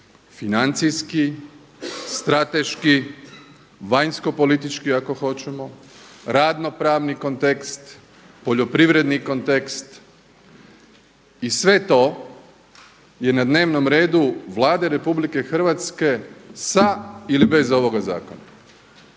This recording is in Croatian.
financijski, strateški, vanjskopolitički ako hoćemo, radno-pravni kontekst, poljoprivredni kontekst i sve to je na dnevnom redu Vlade RH sa ili bez ovoga zakona.